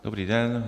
Dobrý den.